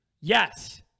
yes